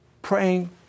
Praying